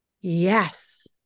yes